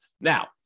Now